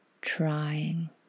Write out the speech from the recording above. trying